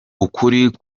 ukuri